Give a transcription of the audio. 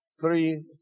three